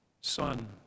Son